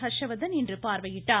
ஹர்ஷ்வர்தன் இன்று பார்வையிட்டார்